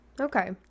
okay